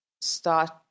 start